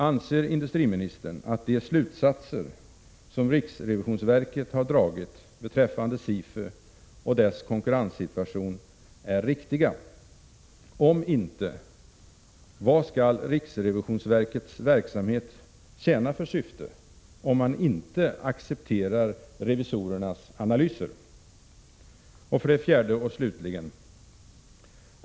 Anser industriministern att de slutsatser som riksrevisionsverket har dragit beträffande SIFU och dess konkurrenssituation är riktiga? Om inte, vad skall riksrevisionsverkets verksamhet tjäna för syfte, om man inte accepterar revisorernas analyser? 4.